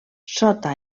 sota